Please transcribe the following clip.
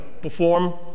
perform